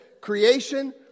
creation